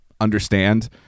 understand